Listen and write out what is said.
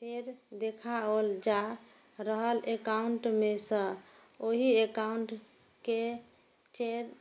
फेर देखाओल जा रहल एकाउंट मे सं ओहि एकाउंट केर